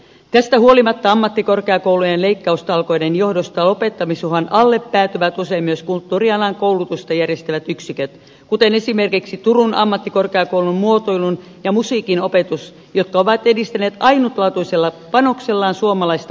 tästä huolimatta ammattikorkeakoulujen leikkaustalkoiden johdosta lopettamis uhan alle päätyvät usein myös kulttuurialan koulutusta järjestävät yksiköt kuten esimerkiksi turun ammattikorkeakoulun muotoilun ja musiikin opetus jotka ovat edistäneet ainutlaatuisella panoksellaan suomalaista osaamista